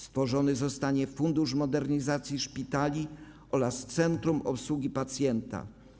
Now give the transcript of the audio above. Stworzony zostanie Fundusz Modernizacji Szpitali oraz Centrum Obsługi Pacjenta.